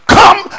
come